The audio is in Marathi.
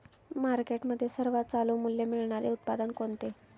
मार्केटमध्ये सर्वात चालू मूल्य मिळणारे उत्पादन कोणते?